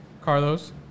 Carlos